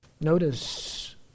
Notice